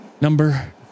Number